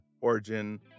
origin